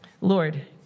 Lord